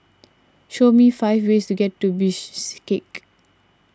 show me five ways to get to